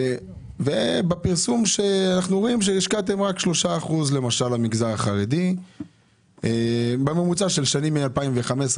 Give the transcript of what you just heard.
בפרסום אנחנו רואים שהשקעתם בממוצע רק 3% במגזר החרדי בשנים 2021-2015